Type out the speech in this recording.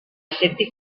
accepti